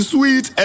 Sweet